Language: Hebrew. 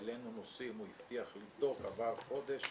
העלינו נושאים, הוא הבטיח לבדוק, עבר חודש.